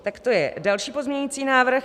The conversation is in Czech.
Tak to je další pozměňovací návrh.